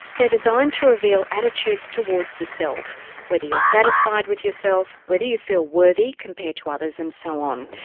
they're designed to reveal attitudes towards the self whether you're satisfied with yourself, whether you feel worthy compared to others, and so on.